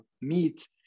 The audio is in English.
meat